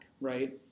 right